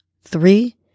three